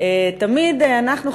תמיד אנחנו,